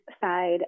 side